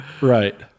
Right